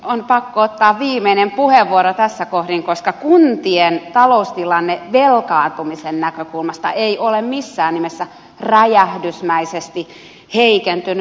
on pakko ottaa viimeinen puheenvuoro tässä kohdin koska kuntien taloustilanne velkaantumisen näkökulmasta ei ole missään nimessä räjähdysmäisesti heikentynyt